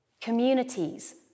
Communities